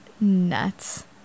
nuts